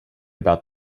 about